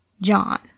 John